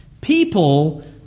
people